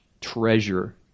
treasure